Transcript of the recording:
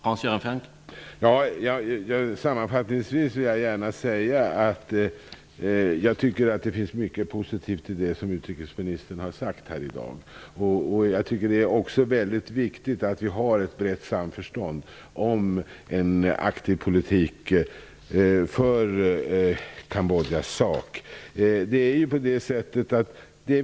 Herr talman! Sammanfattningsvis vill jag gärna säga att jag tycker att det finns mycket positivt i det som utrikesministern har sagt här i dag. Det är också viktigt att det råder ett brett samförstånd om en aktiv politik för Kambodjas sak.